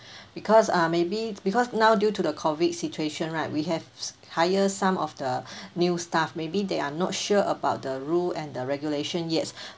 because uh maybe because now due to the COVID situation right we have hired some of the new staff maybe they are not sure about the rule and the regulation yes